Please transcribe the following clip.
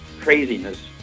craziness